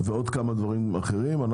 ועוד כמה דברים אחרים,